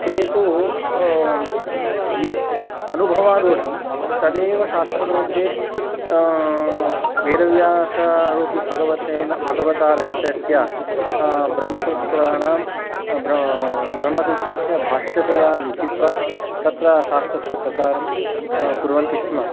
ते तु यत् अनुभवारूढं तदेव शास्त्रमध्ये वेदव्यासरूपि भगवतेन भगवता रचितस्य ब्रह्मसूत्राणां ब्रह्मसूत्रस्य भाष्यतया लिखित्वा तत्र शास्त्रस्य प्रचारं कुर्वन्ति स्म